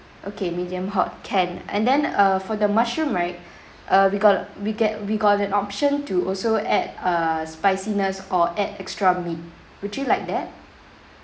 okay medium hot can and then uh for the mushroom right uh we got we get we got an option to also add err spiciness or add extra meat would you like that